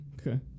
Okay